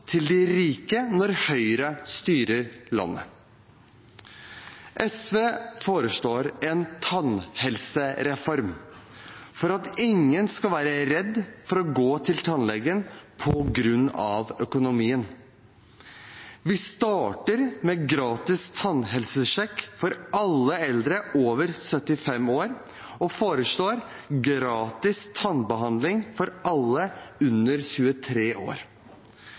til de rike når Høyre styrer landet. SV foreslår en tannhelsereform for at ingen skal være redd for å gå til tannlegen på grunn av økonomien. Vi starter med gratis tannhelsesjekk for alle eldre over 75 år og foreslår gratis tannbehandling for alle under 23 år.